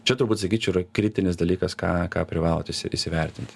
čia turbūt sakyčiau yra kritinis dalykas ką ką privalot įsivertinti